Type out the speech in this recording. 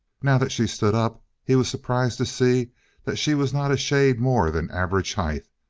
now that she stood up, he was surprised to see that she was not a shade more than average height,